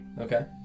Okay